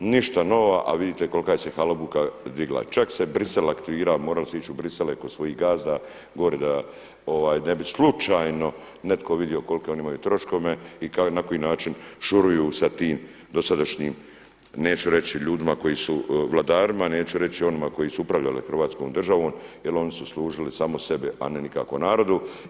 Ništa nova, a vidite kolika je se halabuka digla, čak se Bruxelles aktivirao moralo se ići u Bruxelles kod svojih gazda gore da ne bi slučajno netko vidio kolike oni imaju troškove i na koji način šuruju sa tim dosadašnjim, neću reći ljudima koji su vladarima neću reći onima koji su upravljali Hrvatskom državom jel oni su služili samo sebe, a ne nikako narodu.